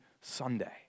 Sunday